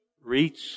reach